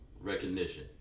recognition